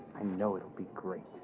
know it will be great.